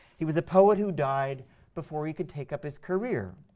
he was a poet who died before he could take up his career,